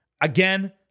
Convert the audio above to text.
Again